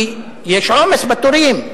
כי יש עומס בתורים.